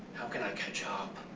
how can i catch up?